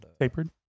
tapered